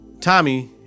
Tommy